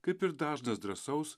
kaip ir dažnas drąsaus